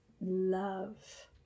love